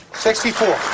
Sixty-four